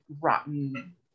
rotten